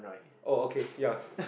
oh okay ya